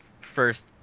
first